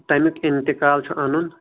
تَمیُک انتقال چُھ اَنُن